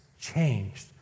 changed